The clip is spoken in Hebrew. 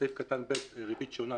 בסעיף קטן (ב) נאמר "ריבית שונה".